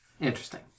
Interesting